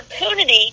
opportunity